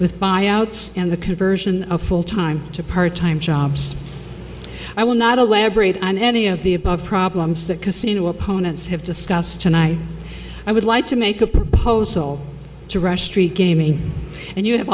with buyouts and the conversion of full time to part time jobs i will not elaborate on any of the above problems that casino opponents have discussed tonight i would like to make a proposal to rush street gaming and you have